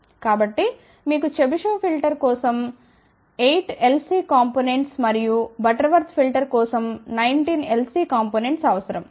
కాబట్టి మీకు Chebyshev filter కోసం 8 LC కాంపొనెంట్స్ మరియు బటర్వర్త్ ఫిల్టర్ కోసం 19 LC కాంపొనెంట్స్ అవసరం